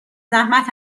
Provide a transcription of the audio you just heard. زحمت